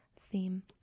theme